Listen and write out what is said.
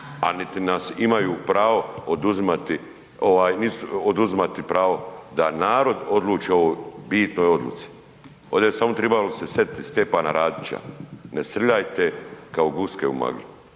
a niti nas imaju pravo oduzimati ovaj oduzimati pravo da narod odluči o ovoj bitnoj odluci. Ovde je samo tribalo se sjetiti Stjepana Radića, ne srljajte kao guske u maglu.